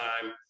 time